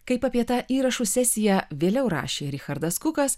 kaip apie tą įrašų sesiją vėliau rašė richardas kukas